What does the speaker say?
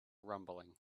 rumbling